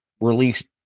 released